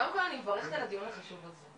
קודם כל אני מברכת על הדיון החשוב הזה,